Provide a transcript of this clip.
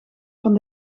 van